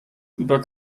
über